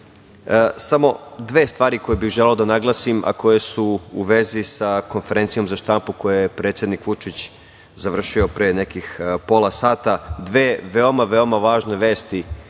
dve stvari koje bih želeo da naglasim, a koje su u vezi sa konferencijom za štampu koju je predsednik Vučić završio pre nekih pola sata. Dve veoma, veoma važne vesti,